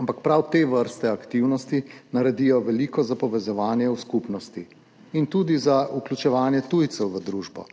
ampak prav te vrste aktivnosti naredijo veliko za povezovanje skupnosti in tudi za vključevanje tujcev v družbo.